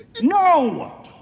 No